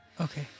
Okay